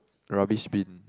rubbish bin